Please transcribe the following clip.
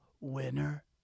winner